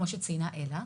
כמו שציינה אלה,